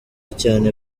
cyane